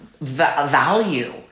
value